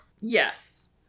Yes